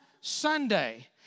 Sunday